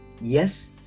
yes